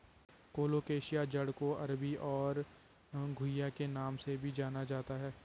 colocasia जड़ को अरबी और घुइआ के नाम से भी जाना जाता है